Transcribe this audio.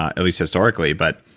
at least historically. but,